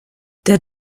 der